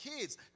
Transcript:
kids